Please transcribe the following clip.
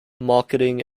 marketing